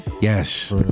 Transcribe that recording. Yes